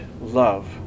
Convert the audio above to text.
love